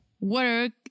work